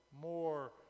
more